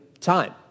time